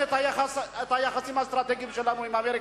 את היחסים האסטרטגיים שלנו עם אמריקה.